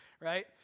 right